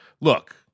Look